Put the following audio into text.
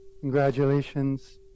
Congratulations